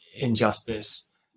injustice